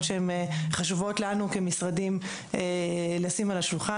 שהן חשובות לנו כמשרדים לשים על השולחן,